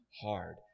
hard